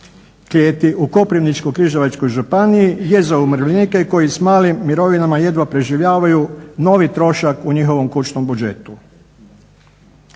klijeti u Koprivničko-križevačkoj županiji je za umirovljenike koji s malim mirovinama jedva preživljavaju novi trošak u njihovom kućnom budžetu.